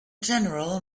general